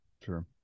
sure